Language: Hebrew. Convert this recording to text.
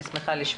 אני שמחה לשמוע.